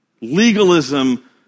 Legalism